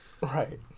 Right